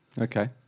Okay